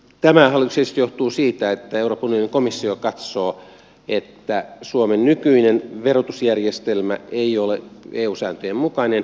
tämä hallituksen esitys johtuu siitä että euroopan unionin komissio katsoo että suomen nykyinen verotusjärjestelmä ei ole eu sääntöjen mukainen